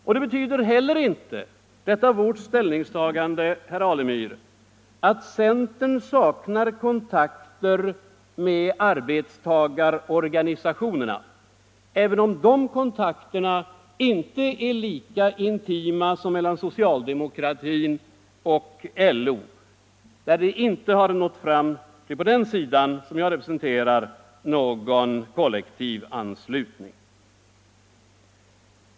Och detta vårt ställningstagande betyder heller inte, herr Alemyr, att centern saknar kontakter med arbetstagarorganisationerna, även om de kontakterna inte är lika intima som mellan socialdemokratin och LO. Vi har på den sida som jag representerar inte nått fram till någon kollektivanslutning.